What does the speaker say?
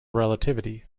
relativity